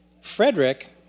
Frederick